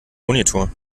monitor